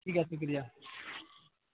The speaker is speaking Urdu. ٹھیک ہے شکریہ